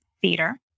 theater